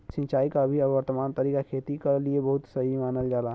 सिंचाई क अभी वर्तमान तरीका खेती क लिए बहुत सही मानल जाला